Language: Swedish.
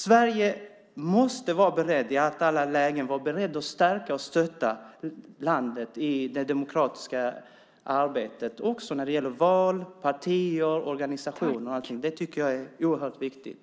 Sverige måste vara berett att i alla lägen stärka och stötta Colombia i dess demokratiska arbete både när det gäller val, partier och organisationer. Det är oerhört viktigt.